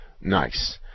nice